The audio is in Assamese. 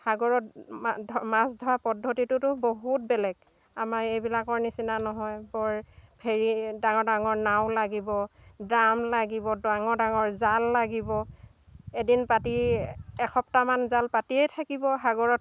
সাগৰত মাছ ধৰা পদ্ধতিটোতো বহুত বেলেগ আমাৰ এইবিলাকৰ নিচিনা নহয় বৰ ফেৰী ডাঙৰ ডাঙৰ নাও লাগিব ড্ৰাম লাগিব ডাঙৰ ডাঙৰ জাল লাগিব এদিন পাতি এসপ্তাহমান জাল পাতিয়েই থাকিব সাগৰত